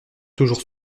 toujours